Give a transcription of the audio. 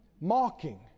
mocking